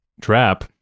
Trap